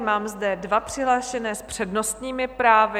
Mám zde dva přihlášené s přednostními právy.